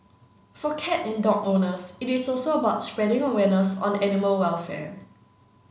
for cat and dog owners it is also about spreading awareness on animal welfare